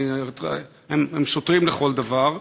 הם שוטרים לכל דבר,